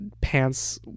pants